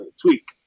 Tweak